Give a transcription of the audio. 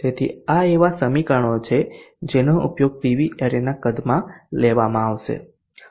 તેથી આ એવા સમીકરણો છે કે જેનો ઉપયોગ પીવી એરેના કદમાં લેવામાં આવશે